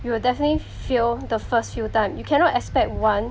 you will definitely fail the first few time you cannot expect one